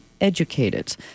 educated